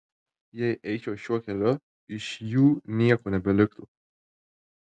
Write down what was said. jei eičiau šiuo keliu iš jų nieko nebeliktų